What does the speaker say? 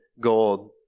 gold